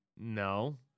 No